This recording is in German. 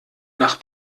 nach